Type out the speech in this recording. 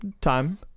time